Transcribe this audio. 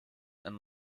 and